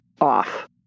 off